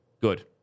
Good